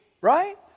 right